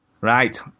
Right